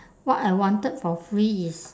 what I wanted for free is